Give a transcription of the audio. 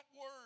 word